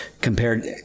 compared